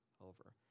Over